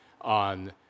on